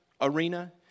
arena